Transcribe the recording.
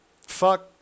fuck